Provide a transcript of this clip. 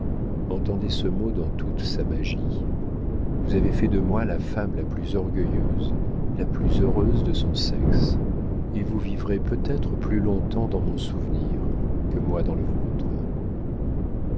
entendez ce mot dans toute sa magie vous avez fait de moi la femme la plus orgueilleuse la plus heureuse de son sexe et vous vivrez peut-être plus longtemps dans mon souvenir que moi dans le vôtre